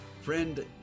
Friend